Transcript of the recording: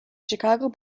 chicago